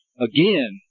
again